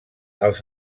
els